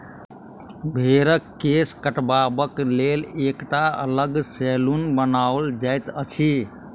भेंड़क केश काटबाक लेल एकटा अलग सैलून बनाओल जाइत अछि